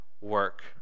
work